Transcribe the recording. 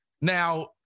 now